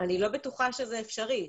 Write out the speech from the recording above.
אני לא בטוחה שזה אפשרי.